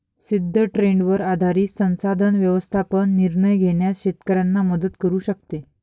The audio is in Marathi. सिद्ध ट्रेंडवर आधारित संसाधन व्यवस्थापन निर्णय घेण्यास शेतकऱ्यांना मदत करू शकते